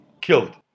killed